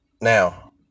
now